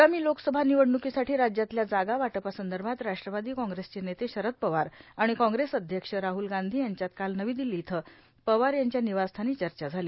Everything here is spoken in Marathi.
आगामी लोकसभा निवडणूकीसाठी राज्यातल्या जागा वाटपासंदर्भात राष्ट्रवादी काँग्रेसचे नेते शरद पवार आणि काँग्रेस अध्यक्ष राहुल गांधी यांच्यात काल नवी दिल्ली इथं पवार यांच्या निवासस्थानी चर्चा झाली